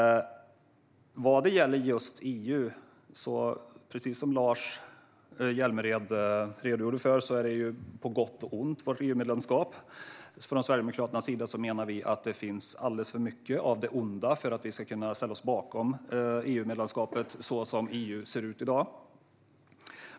Vad gäller just EU är vårt medlemskap på gott och ont, precis som Lars Hjälmered redogjorde för. Från Sverigedemokraternas sida menar vi att det så som EU ser ut i dag finns alldeles för mycket av det onda för att vi ska kunna ställa oss bakom EU-medlemskapet.